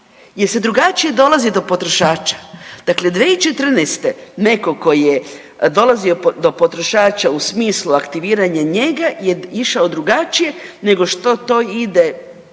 jer se drugačije dolazi do potrošača. Dakle, 2014. netko tko je dolazio do potrošača u smislu aktiviranje njega je išao drugačije nego što to ide